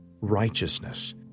righteousness